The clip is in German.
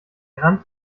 rand